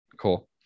Cool